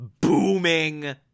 Booming